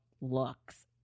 looks